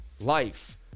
life